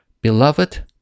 Beloved